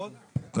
אני